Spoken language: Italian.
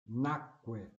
nacque